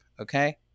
okay